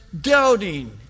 Doubting